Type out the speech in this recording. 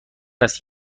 است